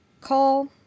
call